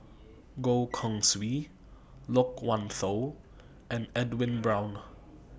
Goh Keng Swee Loke Wan Tho and Edwin Brown